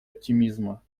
оптимизма